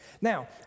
Now